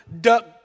duck